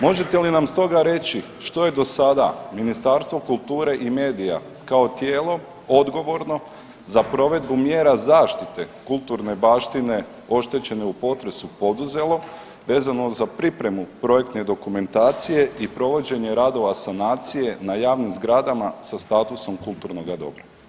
Možete li nam stoga reći, što je do sada Ministarstvo kulture i medija kao tijelo odgovorno za provedbu mjera zaštite kulturne baštine oštećene u potresu poduzelo vezano za pripremu projektne dokumentacije i provođenje radova sanacije na javnim zgradama sa statusom kulturnoga dobra?